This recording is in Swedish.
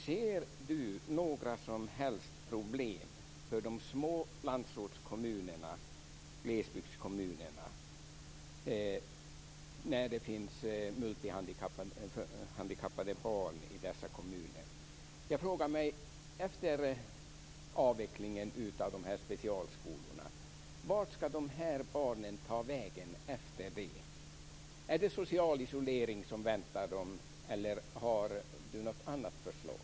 Ser Torgny Danielsson några som helst problem för de små landsortskommunerna, glesbygdskommunerna, med multihandikappade barn? Vart ska dessa barn ta vägen efter avvecklingen av specialskolorna? Är det social isolering som väntar dem? Eller har Torgny Danielsson något annat förslag?